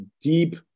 deep